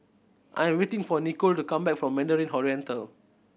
I'm waiting for Nikole to come back from Mandarin Oriental